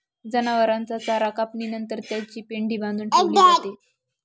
जनावरांचा चारा कापणी नंतर त्याची पेंढी बांधून ठेवली जाते